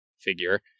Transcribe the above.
figure